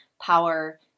power